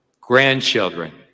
grandchildren